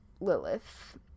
Lilith